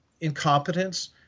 incompetence